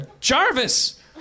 Jarvis